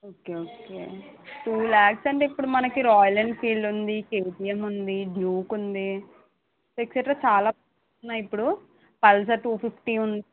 okay okay two lakhs అంటే ఇప్పుడు మనకి రాయల్ ఎన్ఫీల్డ్ ఉంది కెటియమ్ ఉంది డ్యూక్ ఉంది ఎక్సట్రా చాలా ఉన్నాయి ఇప్పుడూ పల్సర్ టు ఫిఫ్టీ ఉంది